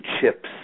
chips